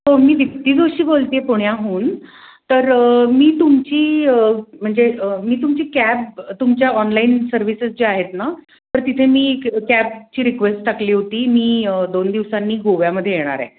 हो मी दीप्ती दोशी बोलती पुण्याहून तर मी तुमची म्हणजे मी तुमची कॅब तुमच्या ऑनलाईन सर्व्हिसेस ज्या आहेत ना तर तिथे मी कॅबची रिक्वेस्ट टाकली होती मी दोन दिवसांनी गोव्यामधे येणार आहे